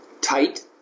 tight